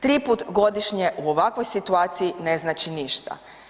Triput godišnje u ovakvoj situaciji ne znači ništa.